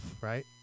right